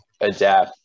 adapt